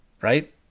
right